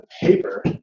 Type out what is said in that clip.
paper